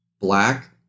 Black